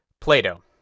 Plato